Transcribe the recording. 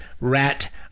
rat